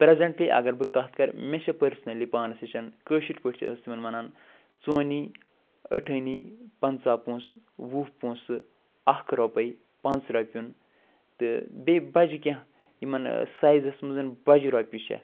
presently اگر بہٕ کَتھ کر مےٚ چھِ پٔرسنلی پانس نِش کٲشِرۍ پٲٹھۍ چھِ أسۍ تِمن وَنان ژونی ٲٹھٔنی پنٛژاہ پونٛسہٕ وُہ پونٛسہٕ اکھ رۄپَے پانٛژھ رۄپیُن تہٕ بیٚیہِ بَجہِ کیٚنٛہہ یِمن سایزس منٛز بجہِ رۄپیہِ چھےٚ